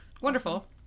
wonderful